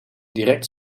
direct